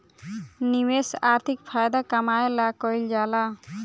निवेश आर्थिक फायदा कमाए ला कइल जाला